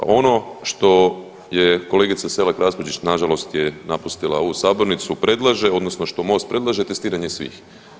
A ono što je kolegica Selak Raspudić, nažalost je napustila ovu sabornicu, predlaže odnosno što MOST predlaže testiranje svih.